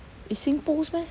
it's singpost meh